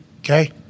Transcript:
okay